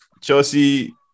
Chelsea